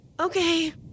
Okay